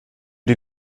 die